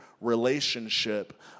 relationship